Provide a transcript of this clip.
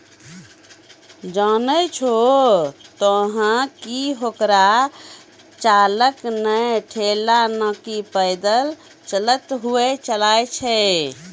जानै छो तोहं कि हेकरा चालक नॅ ठेला नाकी पैदल चलतॅ हुअ चलाय छै